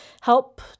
help